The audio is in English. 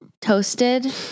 Toasted